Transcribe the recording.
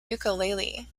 ukulele